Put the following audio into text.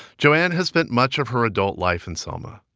joanne has spent much of her adult life in selma.